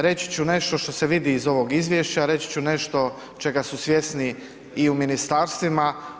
Reći ću nešto što se vidi iz ovog izvješća, reći ću nešto čega su svjesni i u ministarstvima.